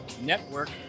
network